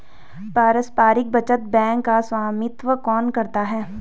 पारस्परिक बचत बैंक का स्वामित्व कौन करता है?